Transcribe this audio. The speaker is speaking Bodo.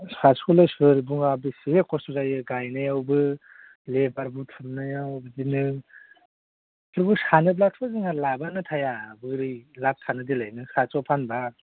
साटस' होनना सोर बुङा बेसे खस्थ' जायो गायनायावबो लेबार बुथुमनायाव बिदिनो बिदिखौ सानोब्लाथ' जोंहा लाबानो थाया बोरै लाभ थानो देलाय नों साटस' फानोबा